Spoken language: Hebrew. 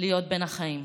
להיות בין החיים.